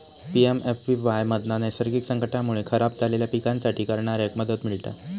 PMFBY मधना नैसर्गिक संकटांमुळे खराब झालेल्या पिकांसाठी करणाऱ्याक मदत मिळता